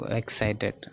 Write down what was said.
excited